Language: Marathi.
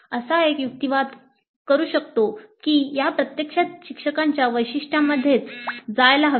एक असा युक्तिवाद करू शकतो की या प्रत्यक्षात शिक्षकांच्या वैशिष्ट्यांमध्येच जायला हवे